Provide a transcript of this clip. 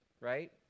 right